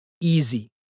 easy